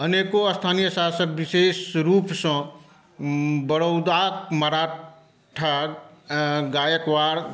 अनेको स्थानीय शासक विशेष रूपसँ बड़ौदाक मराठा गायकवाड़